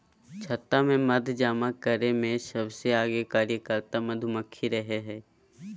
छत्ता में मध जमा करे में सबसे आगे कार्यकर्ता मधुमक्खी रहई हई